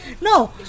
No